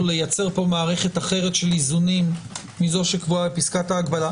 לייצר פה מערכת אחרת של איזונים מזו שקבועה בפסקת ההגבלה.